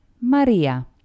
Maria